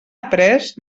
après